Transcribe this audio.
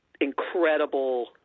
incredible